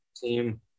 team